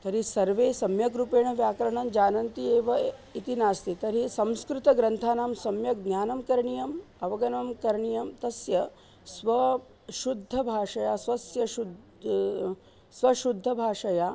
तर्हि सर्वे सम्यक्रूपेण व्याकरणं जानन्ति एव इति नास्ति तर्हि संस्कृतग्रन्थानां सम्यक् ज्ञानं करणीयम् अवगनं करणीयं तस्य स्वशुद्धभाषया स्वस्य शुद् स्वशुद्धभाषया